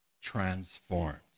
transformed